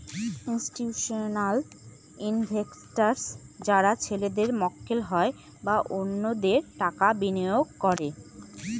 institutional investors যারা ছেলেদের মক্কেল হয় বা অন্যদের টাকা বিনিয়োগ করে